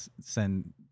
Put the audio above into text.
send